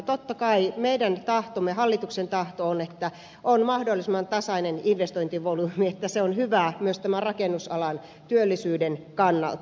totta kai meidän tahtomme hallituksen tahto on että on mahdollisimman tasainen investointivolyymi että se on hyvä myös tämän rakennusalan työllisyyden kannalta